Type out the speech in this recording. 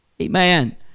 Amen